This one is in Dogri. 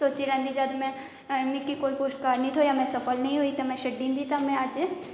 सोची लैंदी जंद में मिकी कोई पुरस्कार नेईं थ्होएआ में सफल नेईं होई ते में छड्डी दिंदी ते में अज्ज